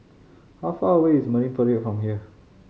how far away is Marine Parade from here